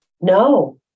No